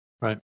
right